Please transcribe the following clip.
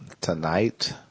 Tonight